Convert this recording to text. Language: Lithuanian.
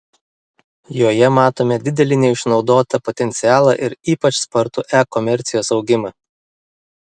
joje matome didelį neišnaudotą potencialą ir ypač spartų e komercijos augimą